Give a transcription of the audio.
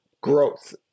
growth